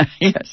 Yes